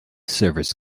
service